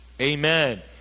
amen